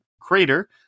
Crater